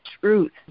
truth